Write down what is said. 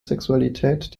sexualität